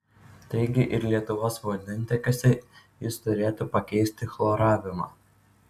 taigi ir lietuvos vandentiekiuose jis turėtų pakeisti chloravimą